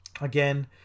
Again